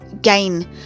gain